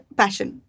passion